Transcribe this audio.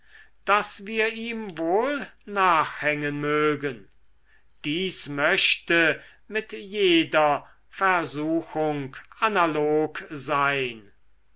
daß wir ihm wohl nachhängen mögen dies möchte mit jeder versuchung analog sein